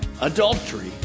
adultery